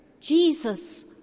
Jesus